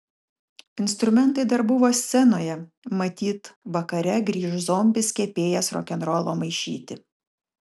instrumentai dar buvo scenoje matyt vakare grįš zombis kepėjas rokenrolo maišyti